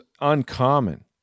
uncommon